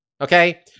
okay